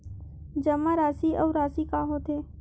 जमा राशि अउ राशि का होथे?